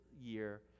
year